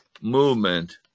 movement